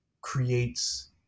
creates